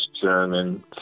German